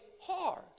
hard